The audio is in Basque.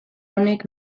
honek